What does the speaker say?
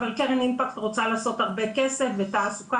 אבל קרן אימפקט רוצה לעשות הרבה כסף ותעסוקה